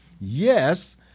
Yes